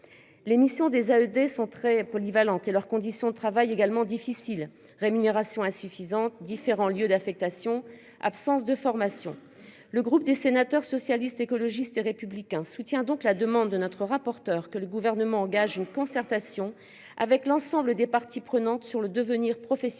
L'émission des ALD sont très polyvalente et leurs conditions de travail également difficile rémunération insuffisante différents lieux d'affectation, absence de formation. Le groupe du sénateur socialiste, écologiste et républicain soutient donc la demande de notre rapporteur, que le gouvernement engage une concertation avec l'ensemble des parties prenantes, sur le devenir professionnel